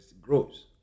grows